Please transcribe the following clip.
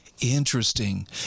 Interesting